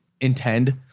intend